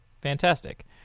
Fantastic